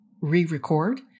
re-record